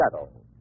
shadow